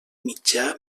mitjà